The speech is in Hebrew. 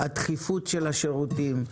התכיפות של השירותים,